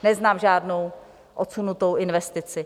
Neznám žádnou odsunutou investici.